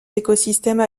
écosystèmes